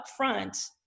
upfront